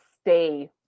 stay